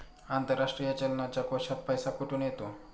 आंतरराष्ट्रीय चलनाच्या कोशात पैसा कुठून येतो?